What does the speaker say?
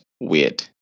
weird